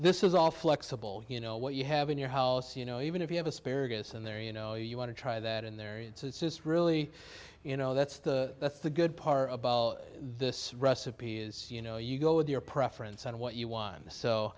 this is all flexible you know what you have in your house you know even if you have asparagus and there you know you want to try that in there it's really you know that's the that's the good part about this recipe is you know you go with your preference on what you want so